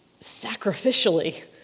sacrificially